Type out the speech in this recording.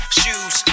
shoes